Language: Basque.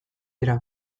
dira